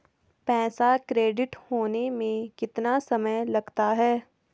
पैसा क्रेडिट होने में कितना समय लगता है?